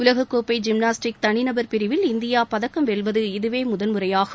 உலகக்கோப்பை ஜிம்னாஸ்டிக் தனி நபர் பிரிவில் இந்தியா பதக்கம் வெல்லுவது இதவே முதன்முறையாகும்